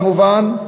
כמובן,